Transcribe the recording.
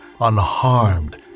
unharmed